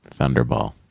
thunderball